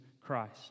Christ